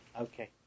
Okay